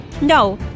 No